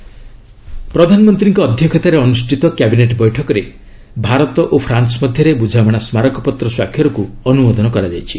cabinet ପ୍ରଧାନମନ୍ତ୍ରୀଙ୍କ ଅଧ୍ୟକ୍ଷତାରେ ଅନୁଷ୍ଠିତ କ୍ୟାବିନେଟ୍ ବୈଠକରେ ଭାରତ ଓ ଫ୍ରାନ୍କ ମଧ୍ୟରେ ବୁଝାମଣା ସ୍କାରକପତ୍ର ସ୍ୱାକ୍ଷରକୁ ଅନୁମୋଦନ କରାଯାଇଛି